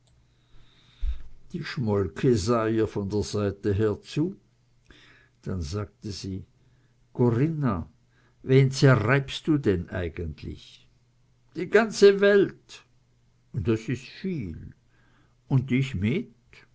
die schmolke sah ihr von der seite her zu dann sagte sie corinna wen zerreibst du denn eigentlich die ganze welt das is viel un dich mit